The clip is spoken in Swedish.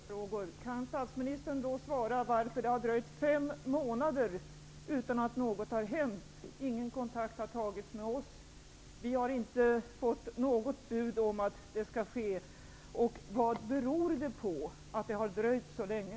Fru talman! Jag har en följdfråga. Kan statsministern tala om varför det har dröjt fem månader utan att något har hänt? Ingen kontakt har tagits med oss. Vi har inte fått något bud om att det skall ske. Vad beror det på att det har dröjt så länge?